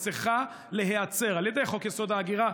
היא צריכה להיעצר על ידי חוק-יסוד: ההגירה,